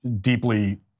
deeply